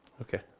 Okay